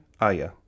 Aya